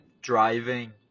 driving